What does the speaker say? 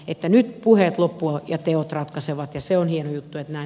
että nyt puheet loppuivat ja teot ratkaisevat ja sionin ykkösenä